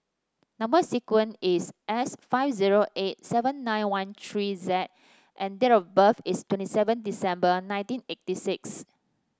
number sequence is S five zero eight seven nine one three Z and date of birth is twenty seven December nineteen eighty six